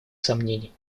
сомнений